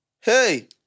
Hey